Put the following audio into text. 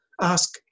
ask